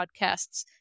podcasts